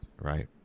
right